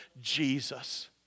Jesus